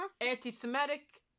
anti-Semitic